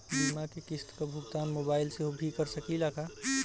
बीमा के किस्त क भुगतान मोबाइल से भी कर सकी ला?